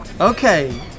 Okay